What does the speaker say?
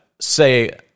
Say